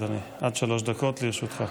בבקשה, אדוני, עד שלוש דקות לרשותך.